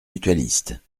mutualistes